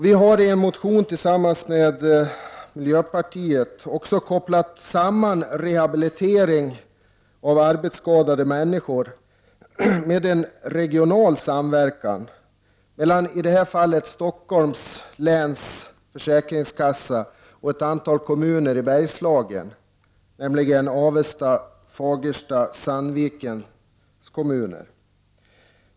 Vpk har i en motion tillsammans med miljöpartiet också kopplat samman rehabilitering av arbetsskadade människor med en regional samverkan mellan Stockholms läns försäkringskassa och ett antal kommuner i Bergslagen, nämligen Avesta, Fagersta och Sandvikens kommuner.